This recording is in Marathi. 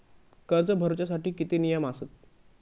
कर्ज भरूच्या साठी काय नियम आसत?